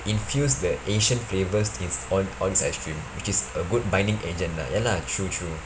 infused the asian flavours in on all this ice cream which is a good binding agent lah ya lah true true